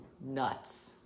nuts